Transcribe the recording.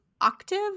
octave